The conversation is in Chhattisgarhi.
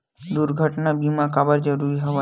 दुर्घटना बीमा काबर जरूरी हवय?